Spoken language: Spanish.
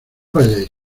vayáis